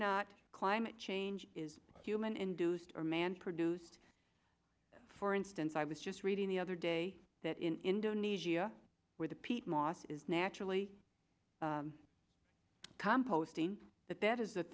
not climate change is human induced or man produced for instance i was just breeding the other day that in indonesia where the peat moss is naturally composting that that is the